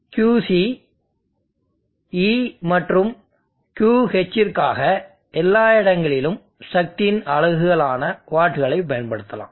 Qc E மற்றும் QHற்காக எல்லா இடங்களிலும் சக்தியின் அலகுகள் ஆன வாட்களைப் பயன்படுத்தலாம்